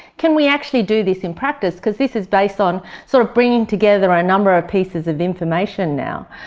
can we actually do this in practice, because this is based on sort of bringing together a number of pieces of information now.